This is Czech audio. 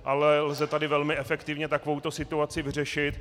Ale lze tady velmi efektivně takovouto situaci vyřešit.